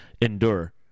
endure